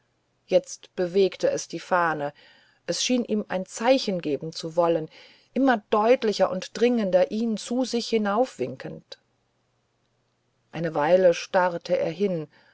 jetzt bewegte es die fahne es schien ihm ein zeichen geben zu wollen immer deutlicher und dringender ihn zu sich hinaufwinkend eine weile starrt er hin